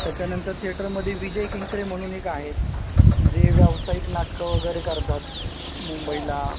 त्याच्यानंतर थिएटरमध्ये विजय केंकरे म्हणून एक आहेत जे व्यावसायिक नाटकं वगैरे करतात मुंबईला